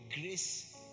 grace